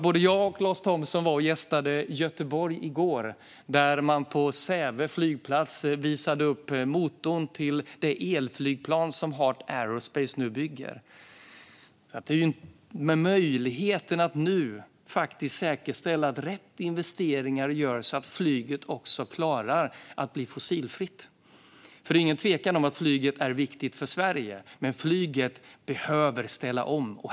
Både jag och Lars Thomsson gästade Göteborg i går. På Säve flygplats visade man upp motorn till det elflygplan som Heart Aerospace nu bygger. Nu finns möjligheten att säkerställa att rätt investeringar görs så att flyget klarar att bli fossilfritt. Det råder inget tvivel om att flyget är viktigt för Sverige, men flyget behöver ställa om.